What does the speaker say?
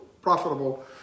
profitable